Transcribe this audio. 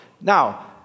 Now